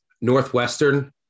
Northwestern